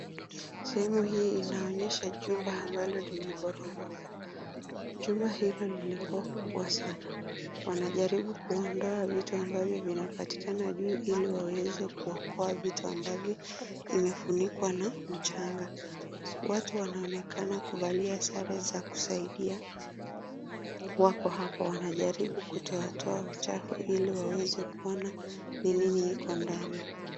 Sehemu hii linaonyesha jumba ambalo limeporomoka, jumba hilo lilikuwa kubwa sana, wanajaribu kuondoa vitu ambavyo vinapatikana juu ili waweze kuokoa vitu ambavyo imefunikwa na mchanga, watu wanaonekana kuvalia sare za kusaidia wako hapo wanajaribu kutoa toa uchafu ili waweze kuona ni nini iko ndani.